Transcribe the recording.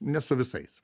ne su visais